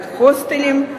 הסוציאלי,